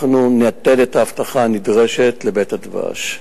אנחנו ניתן את האבטחה הנדרשת ל"בית הדבש",